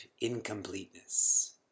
incompleteness